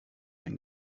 ein